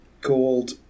called